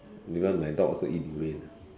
even my dog also eat durian